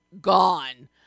gone